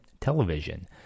television